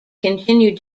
continued